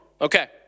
Okay